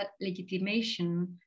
legitimation